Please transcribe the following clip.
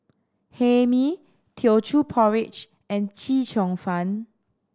Hae Mee Teochew Porridge and Chee Cheong Fun